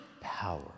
power